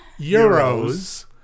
Euros